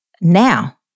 now